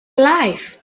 alive